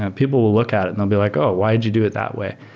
and people will look at it and they'll be like, oh, why did you do it that way?